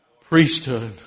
priesthood